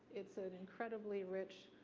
it's an incredibly rich,